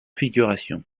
figuration